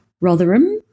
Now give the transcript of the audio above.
Rotherham